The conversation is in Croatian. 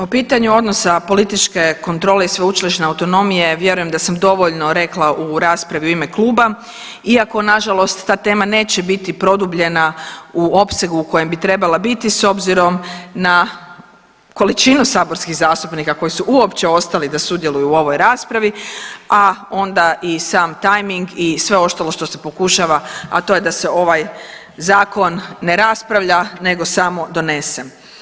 O pitanju odnosa političke kontrole i sveučilišne autonomije vjerujem da sam dovoljno rekla u raspravi u ime kluba iako nažalost ta tema neće biti produbljena u opsegu u kojem bi trebala biti s obzirom na količinu saborskih zastupnika koji su uopće ostali da sudjeluju u ovoj raspravi, a onda i sam tajming i sve ostalo što se pokušava, a to je da se ovaj zakon ne raspravlja nego samo donese.